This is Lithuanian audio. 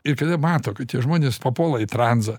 ir kada mato kad tie žmonės papuola į tranzą